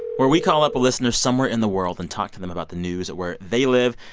where we call up a listener somewhere in the world and talk to them about the news where they live.